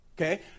Okay